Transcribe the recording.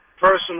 personal